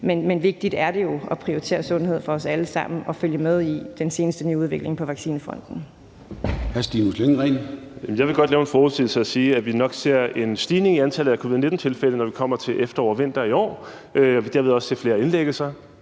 Men vigtigt er det joat prioritere sundhed for os alle sammen og følge med i den seneste nye udvikling på vaccinefronten.